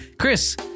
Chris